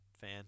fan